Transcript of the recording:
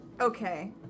Okay